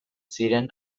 ziren